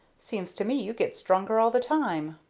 seems to me you get stronger all the time.